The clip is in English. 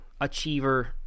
achiever